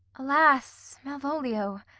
alas, malvolio,